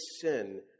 sin